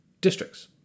districts